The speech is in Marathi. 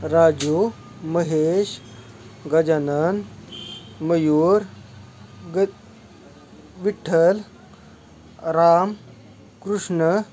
राजू महेश गजानन मयूर ग विठ्ठल राम कृष्ण